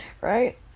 right